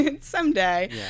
someday